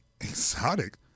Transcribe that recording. exotic